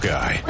Guy